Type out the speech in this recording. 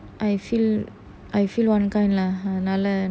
I feel I feel one kind lah அதுனால:athunaala